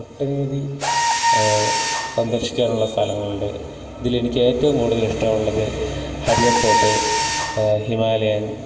ഒട്ടനമധി സന്ദർശിക്കാനുള്ള സ്ഥലങ്ങളുണ്ട് ഇതിലെനിക്ക് ഏറ്റവും കൂടുതലിഷ്ടമുള്ളത് ഹരിവർ ഫോർട്ട് ഹിമാലയൻ